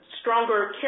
stronger